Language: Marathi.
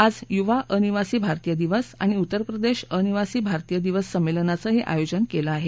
आज युवा अनिवासी भारतीय दिवस आणि उत्तर प्रदेश अनिवासी भारतीय दिवस संमेलनाचंही आयोजन केलं आहे